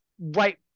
right